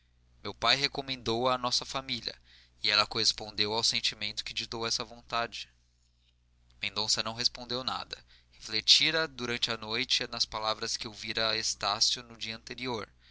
meu pai recomendou a à nossa família e ela correspondeu ao sentimento que ditou essa última vontade mendonça não respondeu nada refletira durante a noite nas palavras que ouvira a estácio no dia anterior